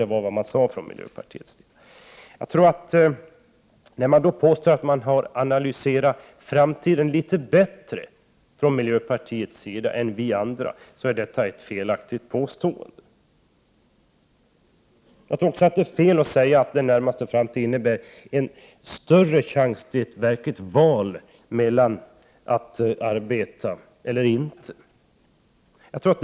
Det var ju vad man sade från miljöpartiets sida. Jag tror att miljöpartisternas påstående att de har analyserat framtiden litet bättre än vi andra är felaktigt. Jag tror också att det är felaktigt att säga att den närmaste framtiden ger en större chans till ett verkligt val mellan att arbeta och att inte göra det.